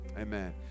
Amen